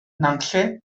nantlle